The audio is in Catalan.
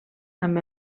amb